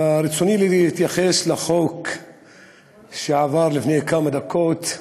ברצוני להתייחס לחוק שעבר לפני כמה דקות,